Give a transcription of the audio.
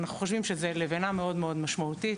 אנחנו חושבים שזו לבנה מאוד מאוד משמעותית,